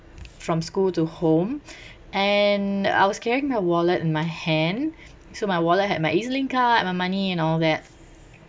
from school to home and I was carrying my wallet in my hand so my wallet had my ez-link card my money and all that